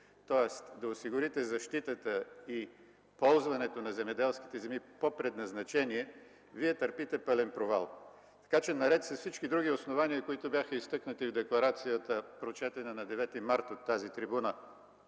– да осигурите защитата и ползването на земеделските земи по предназначение, Вие търпите пълен провал. Следователно наред с всички други основания, които бяха изтъкнати в декларацията, прочетена на 9 март от тази трибуна